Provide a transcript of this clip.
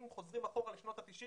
אם חוזרים אחורה לשנות ה-90,